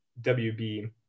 WB